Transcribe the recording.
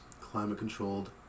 climate-controlled